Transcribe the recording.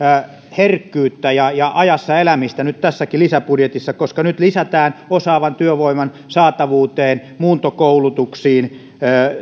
herkkyyttä ja ja ajassa elämistä nyt tässäkin lisäbudjetissa koska nyt lisätään osaavan työvoiman saatavuuteen muuntokoulutuksiin